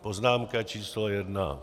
Poznámka číslo jedna.